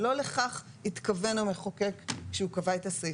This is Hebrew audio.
לא לכך התכוון המחוקק כשהוא קבע את הסעיף.